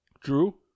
Drew